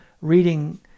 reading